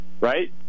right